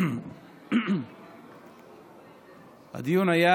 הדיון היה